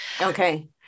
Okay